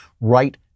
right